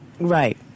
Right